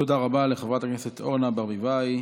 תודה רבה לחברת הכנסת אורנה ברביבאי.